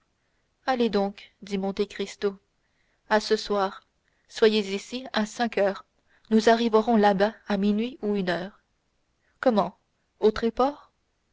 allez donc dit monte cristo à ce soir soyez ici à cinq heures nous arriverons là-bas à minuit ou une heure comment au